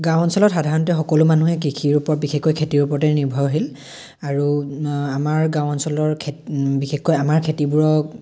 গাঁও অঞ্চলত সাধাৰণতে সকলো মানুহে কৃষিৰ ওপৰত বিশেষকৈ খেতিৰ ওপৰতে নিৰ্ভৰশীল আৰু আমাৰ গাঁও অঞ্চলৰ খেতি বিশেষকৈ আমাৰ খেতিবোৰক